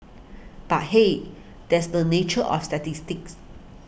but hey that's the nature of statistics